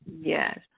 Yes